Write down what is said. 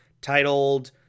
titled